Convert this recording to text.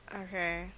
Okay